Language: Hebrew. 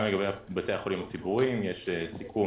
לגבי בתי החולים הציבוריים יש סיכום